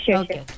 okay